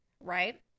right